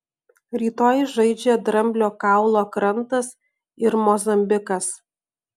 rytoj žaidžia dramblio kaulo krantas ir mozambikas